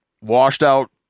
washed-out